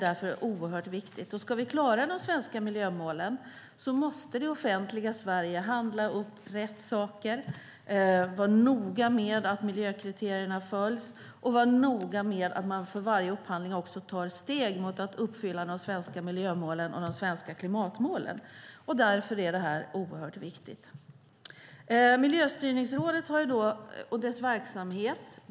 Om vi ska klara de svenska miljömålen måste det offentliga Sverige handla upp rätt saker, vara noga med att miljökriterierna följs och med att vid varje upphandling ta steg mot att uppfylla de svenska miljömålen och klimatmålen. Därför är upphandlingen oerhört viktig. Miljöstyrningsrådet är ett bolag.